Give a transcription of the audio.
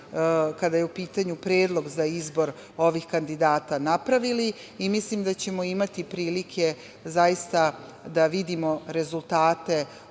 kada je u pitanju predlog za izbor ovih kandidata napravili i mislim da ćemo imati prilike da vidimo rezultate